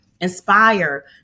inspire